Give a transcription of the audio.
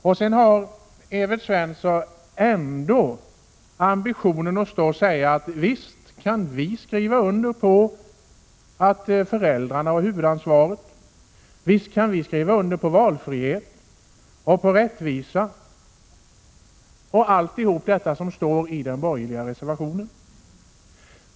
Ändå står Evert Svensson och säger: Visst kan vi skriva under på att föräldrarna har huvudansvaret, visst kan vi skriva under på valfrihet, på rättvisa och allt det som står i den borgerliga reservationen.